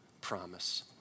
promise